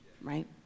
right